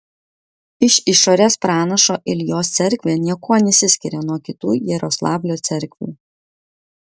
iš išorės pranašo iljos cerkvė niekuo nesiskiria nuo kitų jaroslavlio cerkvių